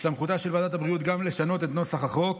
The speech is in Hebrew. בסמכותה של ועדת הבריאות גם לשנות את נוסח החוק.